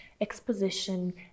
exposition